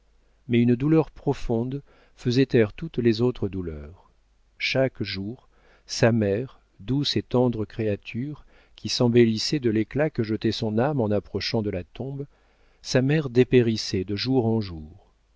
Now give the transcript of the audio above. mais une douleur profonde faisait taire toutes les autres douleurs chaque jour sa mère douce et tendre créature qui s'embellissait de l'éclat que jetait son âme en approchant de la tombe sa mère dépérissait de jour en jour